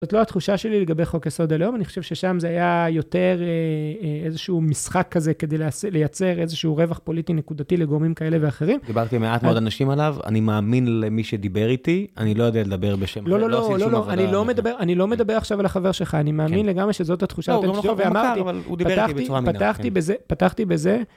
זאת לא התחושה שלי לגבי חוקי יסוד הלאום, אני חושב ששם זה היה יותר איזשהו משחק כזה, כדי לייצר איזשהו רווח פוליטי נקודתי לגורמים כאלה ואחרים. דיברתי עם מעט מאוד אנשים עליו, אני מאמין למי שדיבר איתי, אני לא יודע לדבר בשם... לא, לא, לא, לא, לא, אני לא מדבר עכשיו על החבר שלך, אני מאמין לגמרי שזאת התחושה, לא הוא לא חבר אבל... ואמרתי, פתחתי בזה.